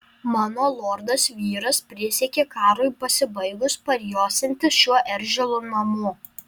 mano lordas vyras prisiekė karui pasibaigus parjosiantis šiuo eržilu namo